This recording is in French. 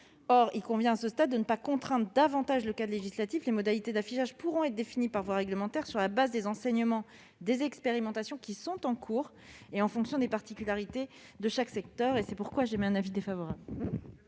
il convient de ne pas contraindre davantage le cadre législatif. Les modalités d'affichage pourront être définies par voie réglementaire, sur le fondement des enseignements tirés des expérimentations qui sont en cours et en fonction des particularités de chaque secteur. Avis défavorable.